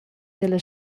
dalla